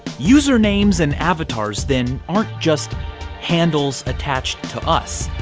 usernames and avatars then aren't just handles attached to us.